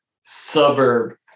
suburb